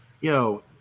Yo